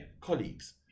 colleagues